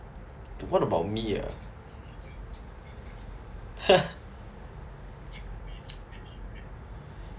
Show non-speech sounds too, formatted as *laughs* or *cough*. what about me ah *laughs*